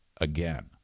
again